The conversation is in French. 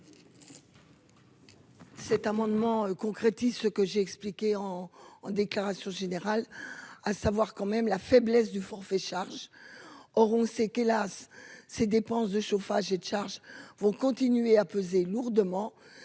Cet amendement concrétise ce que j'ai expliqué en en déclaration générale à savoir quand même la faiblesse du forfait charges or sait qu'hélas ses dépenses de chauffage et de charges vont continuer à peser lourdement